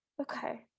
Okay